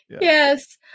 Yes